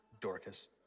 Dorcas